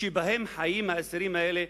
שבהם חיים האסירים האלה,